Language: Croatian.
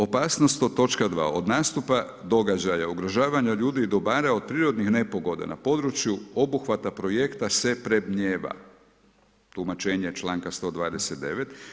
Opasnost od, točka 2., od nastupa događaja, ugrožavanja ljudi i dobara od prirodnih nepogoda na području obuhvata projekta se predmnijeva, tumačenje članka 129.